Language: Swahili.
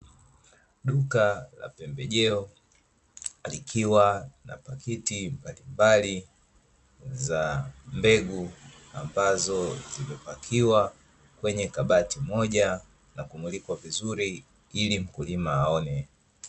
Duka la pembejeo likiwa na pakiti mbalimbali za mbegu, ambazo zimepakiwa kwenye kabati moja na kumulikwa vizuri ili mkulima aone.